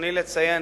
ברצוני לציין